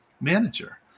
manager